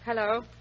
Hello